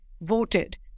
voted